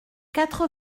quatre